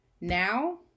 Now